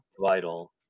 vital